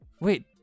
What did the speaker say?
Wait